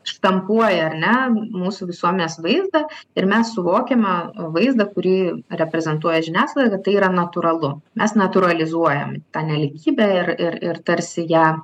štampuoja ar ne mūsų visuomenės vaizdą ir mes suvokiame vaizdą kurį reprezentuoja žiniasklaida tai yra natūralu mes natūralizuojam tą nelygybę ir ir ir tarsi ją